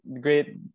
great